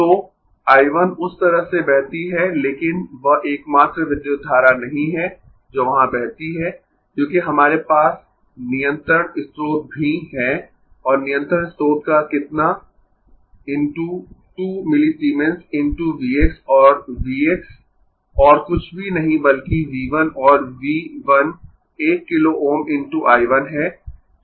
तो I 1 उस तरह से बहती है लेकिन वह एकमात्र विद्युत धारा नहीं है जो वहां बहती है क्योंकि हमारे पास नियंत्रण स्रोत भी है और नियंत्रण स्रोत का कितना x 2 मिलीसीमेंस × V x और V x और कुछ भी नहीं बल्कि V 1 और V 1 1 किलो Ω × I 1 है